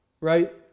right